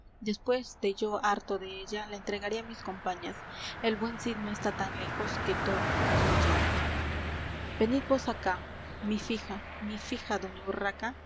después de yo harto della la entregaré á mis compañas el buen cid no está tan lejos que todo no lo escuchara venid vos acá mi fija mi fija doña urraca